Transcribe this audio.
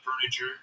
furniture